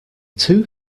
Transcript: too